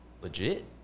legit